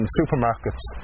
supermarkets